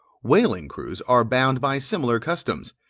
whaling crews are bound by similar customs,